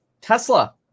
Tesla